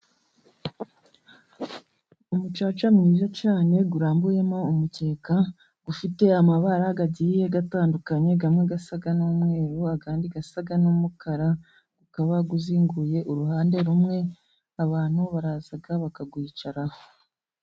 Umucaca mwiza cyane，urambuyemo umukeka ufite amabara agiye gatandukanye， amwe asa n'umweru，andi asa n'umukara，ukaba uzinguye， uri iruhande rumwe， abantu baraza bakawicaraho.